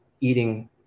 Eating